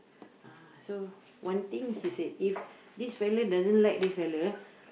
uh so one thing he said if this fella doesn't like this fella